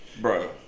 bro